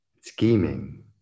scheming